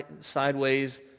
sideways